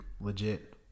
legit